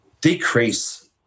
decrease